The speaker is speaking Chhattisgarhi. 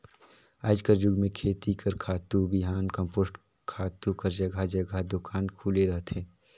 आएज कर जुग में खेती बर खातू, बीहन, कम्पोस्ट खातू कर जगहा जगहा दोकान खुले रहथे